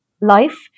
life